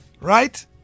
right